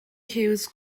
hughes